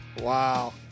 Wow